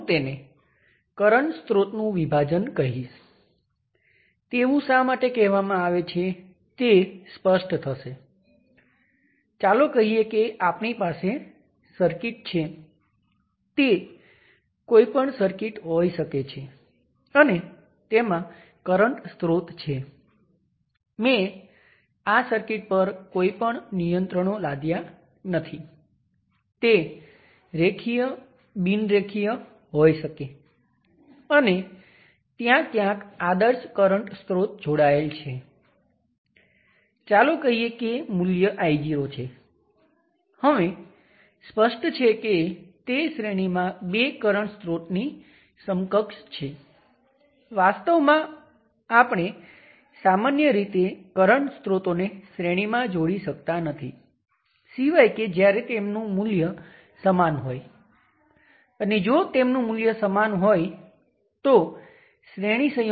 હું એક સરળ સર્કિટ વચ્ચે કંઇ પણ જોડવાની જરૂર નથી અને તેની આજુબાજુનું વોલ્ટેજ શોધો